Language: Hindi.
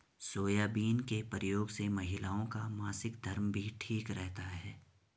सोयाबीन के प्रयोग से महिलाओं का मासिक धर्म भी ठीक रहता है